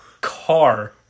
car